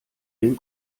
den